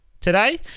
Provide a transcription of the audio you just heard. today